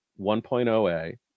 1.0A